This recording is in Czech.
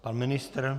Pan ministr?